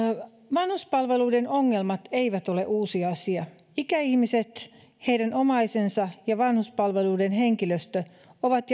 vanhuspalveluiden ongelmat eivät ole uusi asia ikäihmiset heidän omaisensa ja vanhuspalveluiden henkilöstö ovat